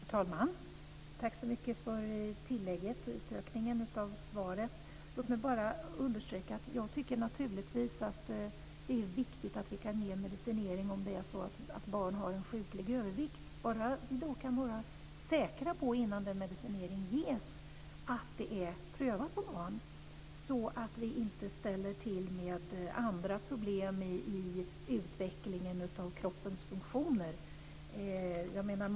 Herr talman! Tack så mycket för tillägget och utökningen av svaret. Låt mig bara understryka att jag naturligtvis tycker att det är viktigt att vi kan ge medicinering om det är så att barn har en sjuklig övervikt - bara man kan vara säker på att medicinen är prövad på barn innan den ges. Vi får ju inte ställa till med andra problem i utvecklingen av kroppens funktioner.